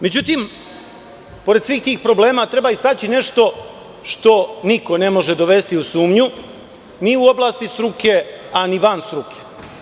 Međutim, pored svih tih problema treba istaći nešto što niko ne može dovesti u sumnju, ni u oblasti struke a ni van struke.